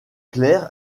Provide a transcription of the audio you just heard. clair